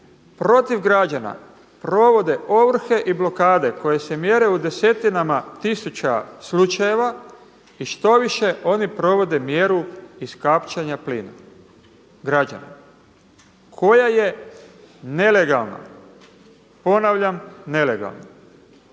protiv građana provode ovrhe i blokade koje se mjere u desetinama tisuća slučajeva i štoviše oni provode mjeru iskapčanja plina građanima. Koja ne nelegalna, ponavljam nelegalna.